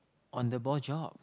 on the ball job